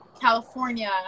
california